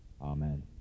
Amen